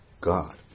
God